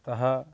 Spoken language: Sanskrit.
अतः